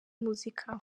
muzika